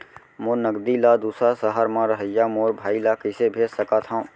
मोर नगदी ला दूसर सहर म रहइया मोर भाई ला कइसे भेज सकत हव?